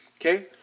Okay